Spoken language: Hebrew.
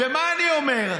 ומה אני אומר?